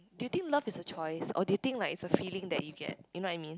do you think love is a choice or do you think it's a feeling that you get you know what I mean